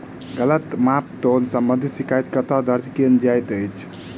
गलत माप तोल संबंधी शिकायत कतह दर्ज कैल जाइत अछि?